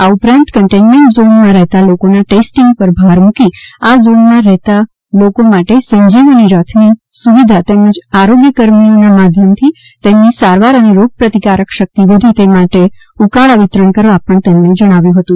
આ ઉપરાંત કન્ટેન્મેન્ટ ઝોનમાં રહેતા લોકોના ટેસ્ટીંગ પર ભાર મૂકી આ ઝોનમાં રહેતા લોકો માટે સંજીવની રથની સુવિધા તેમજ આરોગ્યકર્મીઓના માધ્યમથી તેમની સારવાર અને રોગપ્રતિકારક શક્તિ વધે તે માટે ઉકાળા વિતરણ કરવા પણ જણાવ્યું હતું